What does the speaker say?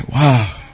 Wow